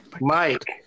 Mike